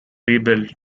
rebuilt